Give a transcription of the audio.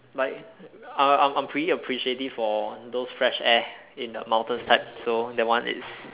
like I'm I'm pretty appreciative of those fresh air in the mountain type so that one it's